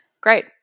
great